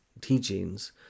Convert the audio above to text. teachings